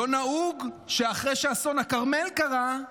לא נהוג שאחרי שאסון הכרמל קרה,